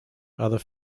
other